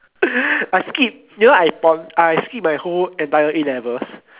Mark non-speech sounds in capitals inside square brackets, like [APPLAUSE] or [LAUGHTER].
[BREATH] I skip you know I pon I skip my entire A-levels